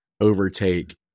overtake